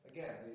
Again